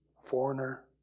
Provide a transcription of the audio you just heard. foreigner